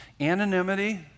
anonymity